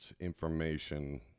information